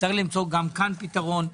צריך למצוא גם כאן פתרון.